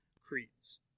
creeds